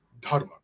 Dharma